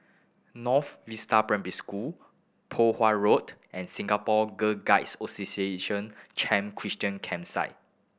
North Vista Primary School Poh Huat Road and Singapore Girl Guides Association Camp Christine Campsite